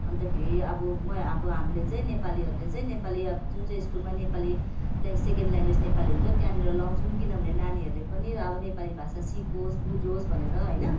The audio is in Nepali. अन्तखेरि अब म अब हामीले चाहिँ नेपालीहरूले चाहिँ नेपाली अब जुन चाहिँ स्कुलमा नेपाली सेकेन्ड ल्याङ्ग्वेज नेपाली हुन्छ त्यहाँनेर लगाउँछौँ किनभने नानीहरूले पनि अब नेपाली भाषा सिकोस् बुझोस् भनेर होइन